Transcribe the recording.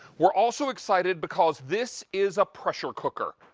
we're also excited because this is a pressure cooker.